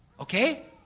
Okay